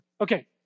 Okay